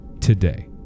today